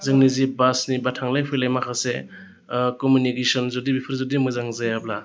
जोंनि जि बासनि बा थांलाय फैलाय माखासे कमिउनिकेसन जुदि बेफोर जुदि मोजां जायाब्ला